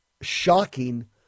shocking